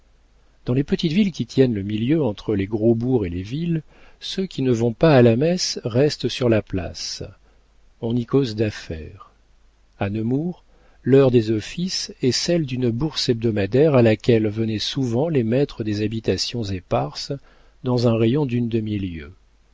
dans les petites villes qui tiennent le milieu entre les gros bourgs et les villes ceux qui ne vont pas à la messe restent sur la place on y cause d'affaires a nemours l'heure des offices est celle d'une bourse hebdomadaire à laquelle venaient souvent les maîtres des habitations éparses dans un rayon d'une demi-lieue